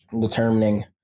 determining